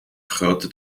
grote